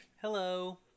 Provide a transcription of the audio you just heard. Hello